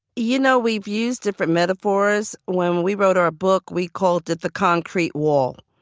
you know, we've used different metaphors when we wrote our book. we call it the concrete wall.